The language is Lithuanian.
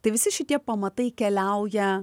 tai visi šitie pamatai keliauja